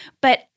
But-